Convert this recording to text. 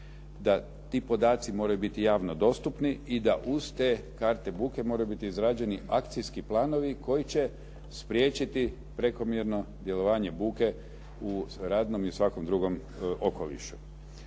da ti podaci moraju biti javno dostupni i da uz te karte buke moraju biti izrađeni akcijski planovi koji će spriječiti prekomjerno djelovanje buke u radnom i u svakom drugom okolišu.